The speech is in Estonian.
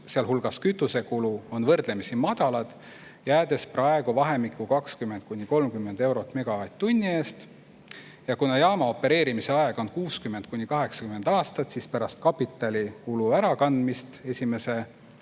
sealhulgas kütusekulu, on võrdlemisi madalad, jäädes praegu vahemikku 20–30 eurot megavatt-tunni eest. Ja kuna jaama opereerimisaeg on 60–80 aastat, siis pärast kapitalikulu ärakandmist esimese